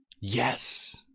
Yes